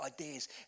ideas